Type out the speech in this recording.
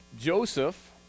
Joseph